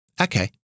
Okay